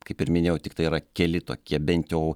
kaip ir minėjau tiktai yra keli tokie bent jau